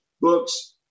books